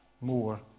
more